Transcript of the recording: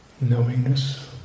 knowingness